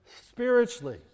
spiritually